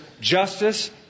justice